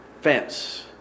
fence